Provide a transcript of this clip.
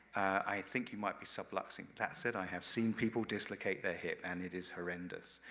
i think you might be subluxing. that said, i have seen people dislocate their hip and it is horrendous.